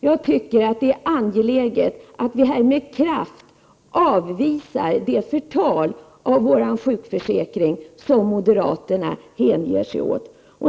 Jag tycker att det är angeläget att vi här med kraft avvisar det förtal av vår sjukförsäkring som moderaterna hänger sig åt.